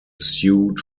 sued